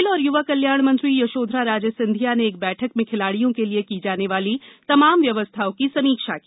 खेल और युवा कल्याण मंत्री यशोधरा राजे सिंधिया ने एक बैठक में खिलाड़ियों के लिए की जाने वाली तमाम व्यवस्थाओं की समीक्षा की